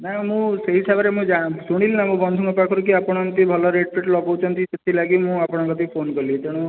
ନା ମୁଁ ସେହି ହିସାବରେ ମୁଁ ଶୁଣିଲି ଆମ ବନ୍ଧୁଙ୍କ ପାଖରୁ କି ଆପଣ ଏମିତି ରେଟ ଫେଟ ଲଗଉଛନ୍ତି ସେଥିଲାଗି ମୁଁ ଆପଣଙ୍କ କତି ଫୋନ କଲି ତେଣୁ